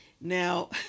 now